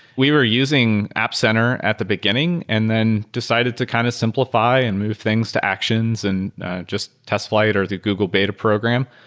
we were using app center at the beginning and then decided to kind of simplify and move things to actions and just test flight or the google beta program.